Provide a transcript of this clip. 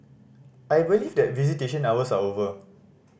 I believe that visitation hours are over